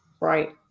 right